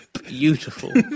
beautiful